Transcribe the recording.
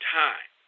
time